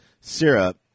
syrup